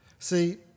See